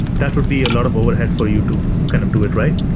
that would be a lot of overhead for you to kind of do it right.